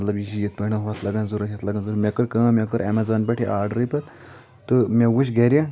مطلب یہِ چھِ یِتھ پٲٹھۍ ہۄتھ لَگان ضروٗرَت یَتھ لَگان ضروٗرَت مےٚ کٔر کٲم مےٚ کٔر ایٚمَزان پٮ۪ٹھ یہِ آرڈرٕے پتہٕ تہٕ مےٚ وٕچھ گَرِ